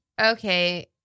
Okay